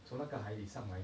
从那个海里上来